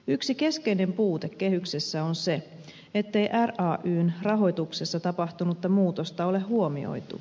yksi keskeinen puute kehyksessä on se ettei rayn rahoituksessa tapahtunutta muutosta ole huomioitu